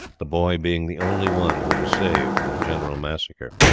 the boy being the only one who was saved from the general massacre.